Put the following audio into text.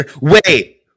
Wait